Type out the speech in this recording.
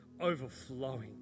overflowing